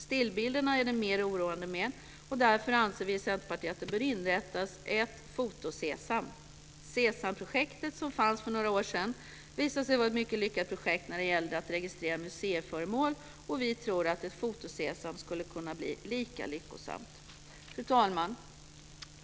Stillbilderna är det mer oroande med, och därför anser vi i Centerpartiet att det bör inrättas ett foto-SESAM. SESAM-projektet, som fanns för några år sedan, visade sig vara ett mycket lyckat projekt när det gällde att registrera museiföremål, och vi tror att ett foto-SESAM skulle kunna bli lika lyckosamt. Fru talman!